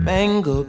Mango